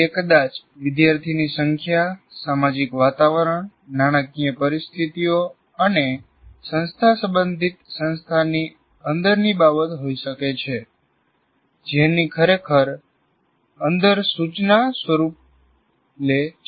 તે કદાચ વિદ્યાર્થીની સંખ્યા સામાજિક વાતાવરણ નાણાકીય પરિસ્થિતિઓ અને સંસ્થા સંબધિત સંસ્થાની અંદરની બાબત હોઈ શકે છે જેની ખરેખર અંદર ખરેખર સૂચના સ્વરૂપ લે છે